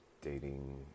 dating